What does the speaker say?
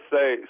Say